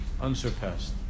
Unsurpassed